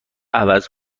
عوض